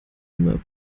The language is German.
immer